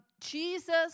Jesus